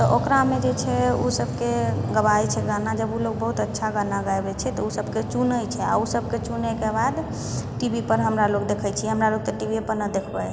तऽ ओकरामे जे छै ओ सबके गबाबै छै गाना जब ओ लोग बहुत अच्छा गाना गाबै छै तऽ ओ सबके चुनै छै आओर ओ सबके चुनैके बाद टीवीपर हमरा लोग देखै छियै हमरा अर तऽ टीवीये पर ने देखबै